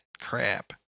crap